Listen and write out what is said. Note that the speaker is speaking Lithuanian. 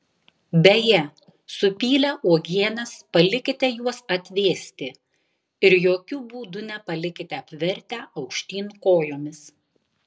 beje supylę uogienes palikite juos atvėsti ir jokiu būdu nepalikite apvertę aukštyn kojomis